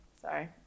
Sorry